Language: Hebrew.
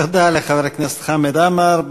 תודה לחבר הכנסת חמד עמאר.